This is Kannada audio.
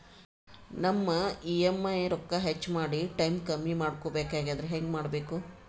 ನಮ್ಮ ಇ.ಎಂ.ಐ ರೊಕ್ಕ ಹೆಚ್ಚ ಮಾಡಿ ಟೈಮ್ ಕಮ್ಮಿ ಮಾಡಿಕೊ ಬೆಕಾಗ್ಯದ್ರಿ ಹೆಂಗ ಮಾಡಬೇಕು?